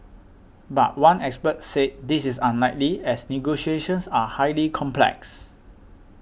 but one expert said this is unlikely as negotiations are highly complex